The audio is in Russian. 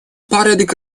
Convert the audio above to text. порядок